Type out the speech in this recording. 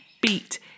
beat